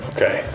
Okay